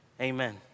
Amen